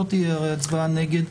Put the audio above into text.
הרי לא תהיה הצבעה נגד,